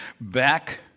Back